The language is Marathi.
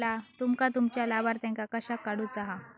तुमका तुमच्या लाभार्थ्यांका कशाक काढुचा हा?